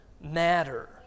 matter